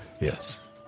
yes